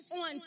on